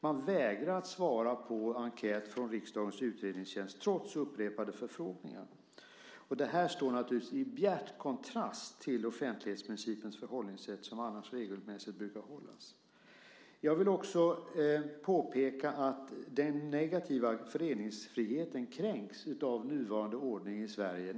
Man vägrar att svara på en enkät från riksdagens utredningstjänst, trots upprepade förfrågningar. Detta står naturligtvis i bjärt kontrast till offentlighetsprincipens förhållningssätt som annars regelmässigt brukar hållas. Jag vill också peka på att den negativa föreningsfriheten kränks av nuvarande ordning i Sverige.